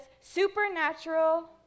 supernatural